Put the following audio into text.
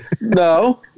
No